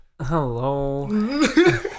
Hello